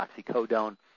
Oxycodone